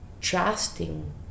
trusting